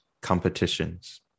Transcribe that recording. competitions